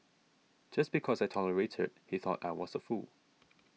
just because I tolerated he thought I was a fool